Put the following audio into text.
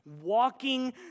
walking